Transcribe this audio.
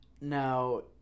Now